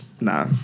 nah